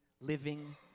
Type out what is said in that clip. living